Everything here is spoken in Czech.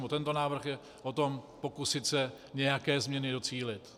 Tento návrh je o tom pokusit se nějaké změny docílit.